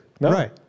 Right